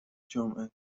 جمعه